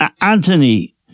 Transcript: Anthony